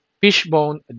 Fishbone